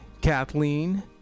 Kathleen